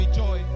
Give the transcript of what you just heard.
joy